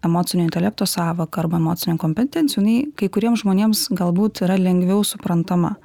emocinio intelekto sąvoka arba emocinių kompetencijų jinai kai kuriem žmonėms galbūt yra lengviau suprantama